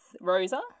Rosa